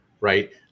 right